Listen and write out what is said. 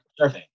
surfing